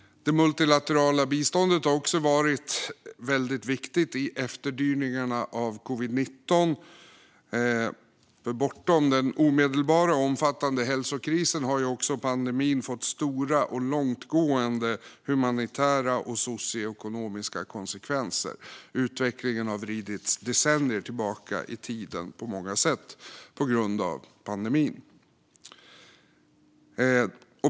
Det multilaterala biståndet har också varit väldigt viktigt i efterdyningarna av covid-19. Bortom den omedelbara och omfattande hälsokrisen har pandemin även fått stora och långtgående humanitära och socioekonomiska konsekvenser. Utvecklingen har på många sätt vridits decennier tillbaka i tiden på grund av pandemin.